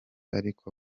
ariko